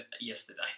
yesterday